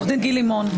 עורך דין גיל לימון,